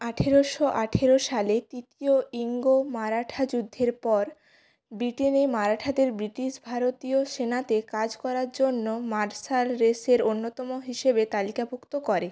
আঠেরোশো আঠেরো সালে তৃতীয় ইঙ্গ মারাঠা যুদ্ধের পর ব্রিটেনে মারাঠাদের ব্রিটিশ ভারতীয় সেনাতে কাজ করার জন্য মার্শাল রেসের অন্যতম হিসেবে তালিকাভুক্ত করে